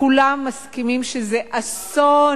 כולם מסכימים שזה אסון.